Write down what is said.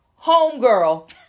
homegirl